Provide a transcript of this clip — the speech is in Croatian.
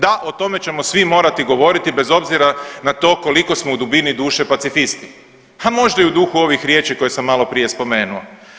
Da, o tome ćemo svi morati govoriti bez obzira na to koliko smo u dubini duše pacifisti, a možda i duhu ovih riječi koje sam maloprije spomenuo.